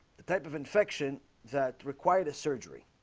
the type of infection that required a surgery